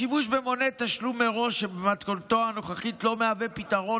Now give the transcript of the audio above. השימוש במונה תשלום מראש במתכונתו הנוכחית לא מהווה פתרון